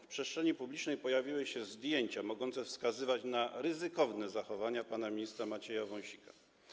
W przestrzeni publicznej pojawiły się zdjęcia mogące wskazywać na ryzykowne zachowania pana ministra Macieja Wąsika.